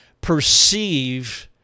perceive